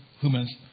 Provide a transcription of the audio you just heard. humans